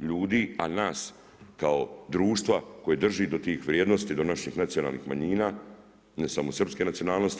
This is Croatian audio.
ljudi, a nas kao društva koje drži do tih vrijednosti, do naših nacionalnih manjina ne samo srpske nacionalnosti.